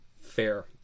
Fair